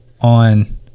on